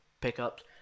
pickups